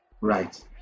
right